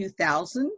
2000